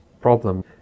problem